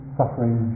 suffering